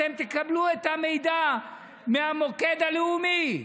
אתם תקבלו את המידע מהמוקד הלאומי.